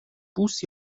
بوس